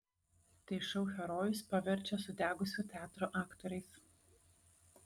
tai šou herojus paverčia sudegusio teatro aktoriais